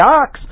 ox